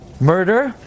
Murder